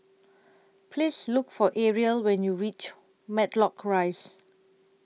Please Look For Arielle when YOU REACH Matlock Rise